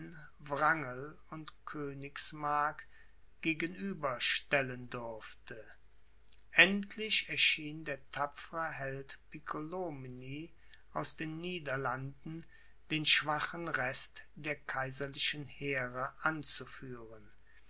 wrangel und königsmark gegenüber stellen durfte endlich erschien der tapfere held piccolomini aus den niederlanden den schwachen rest der kaiserlichen heere